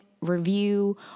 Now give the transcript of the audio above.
review